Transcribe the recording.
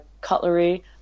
cutlery